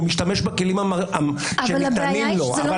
הוא משתמש בכלים שניתנים לו אבל בו